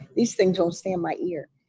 these things don't stay in my ear.